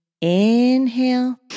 Inhale